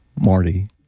Marty